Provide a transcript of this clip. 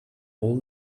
all